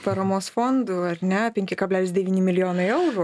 paramos fondų ar ne penki kablelis devyni milijonai eurų